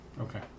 Okay